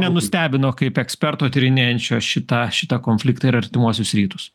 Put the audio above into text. nenustebino kaip eksperto tyrinėjančio šitą šitą konfliktą ir artimuosius rytus